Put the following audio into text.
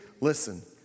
listen